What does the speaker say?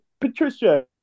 Patricia